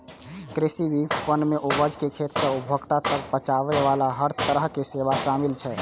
कृषि विपणन मे उपज कें खेत सं उपभोक्ता तक पहुंचाबे बला हर तरहक सेवा शामिल रहै छै